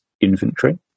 inventory